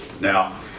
Now